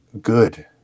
good